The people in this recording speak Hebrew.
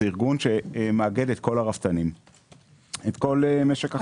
זה ארגון שמאגד את כל הרפתנים ואת כל משק החלב.